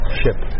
ship